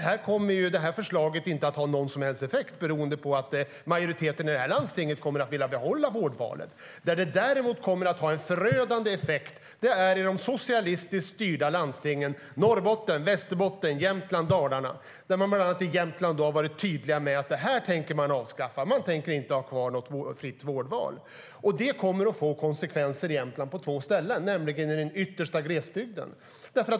Här kommer förslaget inte att ha någon som helst effekt beroende på att majoriteten i landstinget kommer att vilja behålla vårdvalen. Det kommer att få konsekvenser i Jämtland på två ställen. Det gäller i den yttersta glesbygden.